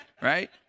right